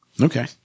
Okay